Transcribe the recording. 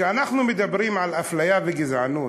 כשאנחנו מדברים על אפליה וגזענות,